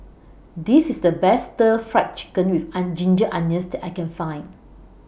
This IS The Best Stir Fried Chicken with Ginger Onions I Can Find